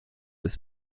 ist